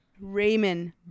Raymond